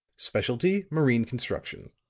specialty, marine construction.